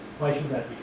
why should that?